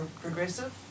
progressive